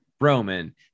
roman